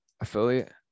affiliate